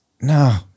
no